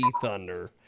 Thunder